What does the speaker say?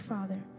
Father